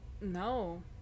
No